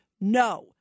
no